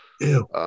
Ew